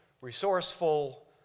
resourceful